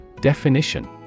Definition